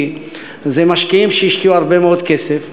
כי זה משקיעים שהשקיעו הרבה מאוד כסף.